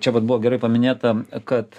čia vat buvo gerai paminėta kad